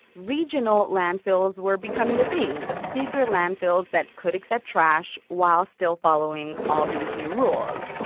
regional landfills were becoming a thing bigger landfills that could accept trash while still following all of these new rules.